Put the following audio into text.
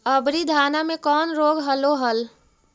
अबरि धाना मे कौन रोग हलो हल?